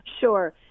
Sure